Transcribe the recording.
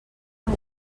han